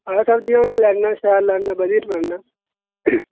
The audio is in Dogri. हां सब्जियां अ'ऊं किश लान्ना शैल लान्ना बधिया लान्ना